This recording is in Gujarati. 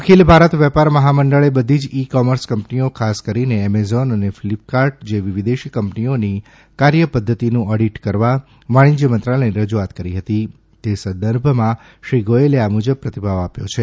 અખિલ ભારત વેપાર મહામંડળે બધી જ ઈ કોમર્સ કંપનીઓ ખાસ કરીને એમેઝોન અને ફ્લિપકાર્ટ જેવી વિદેશી કંપનીઓની કાર્યપદ્ધતિનું ઓડિટ કરવા વાણિજ્ય મંત્રાલયને રજુઆત કરી હતી તે સંદર્ભમાં શ્રી ગોયલે આ મુજબ પ્રતિભાવ આપ્યો છે